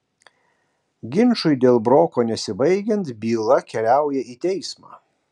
ginčui dėl broko nesibaigiant byla keliauja į teismą